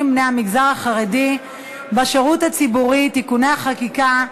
בני המגזר החרדי בשירות הציבורי (תיקוני חקיקה),